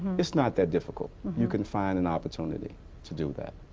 it's not that difficult. you can find an opportunity to do that.